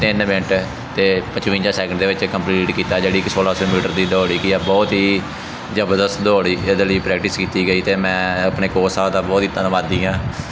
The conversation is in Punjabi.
ਤਿੰਨ ਮਿੰਟ ਅਤੇ ਪਚਵੰਜਾ ਸੈਕਿੰਡ ਦੇ ਵਿੱਚ ਕੰਪਲੀਟ ਕੀਤਾ ਜਿਹੜੀ ਕਿ ਸੋਲਾ ਸੌ ਮੀਟਰ ਦੀ ਦੌੜ ਹੈਗੀ ਆ ਬਹੁਤ ਹੀ ਜ਼ਬਰਦਸਤ ਦੌੜ ਇਹਦੇ ਪ੍ਰੈਕਟਿਸ ਕੀਤੀ ਗਈ ਅਤੇ ਮੈਂ ਆਪਣੇ ਕੋਚ ਸਾਹਿਬ ਦਾ ਬਹੁਤ ਹੀ ਧੰਨਵਾਦੀ ਹਾਂ